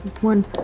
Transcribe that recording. One